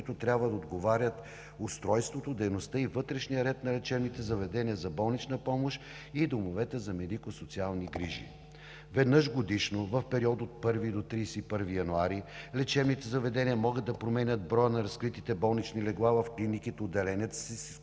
които трябва да отговарят устройството, дейността и вътрешният ред на лечебните заведения за болнична помощ и домовете за медико-социални грижи. Веднъж годишно, в период от 1 до 31 януари, лечебните заведения могат да променят броя на разкритите болнични легла в клиниките и отделенията си, с